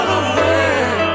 away